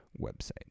website